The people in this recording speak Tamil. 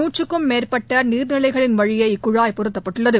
நூற்றுக்கும் மேற்பட்ட நீர்நிலைகளின்வழியே இக்குழாய் பொருத்தப்பட்டுள்ளது